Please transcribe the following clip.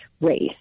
race